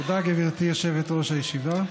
תודה, גברתי יושבת-ראש הישיבה.